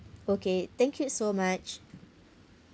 okay thank you so much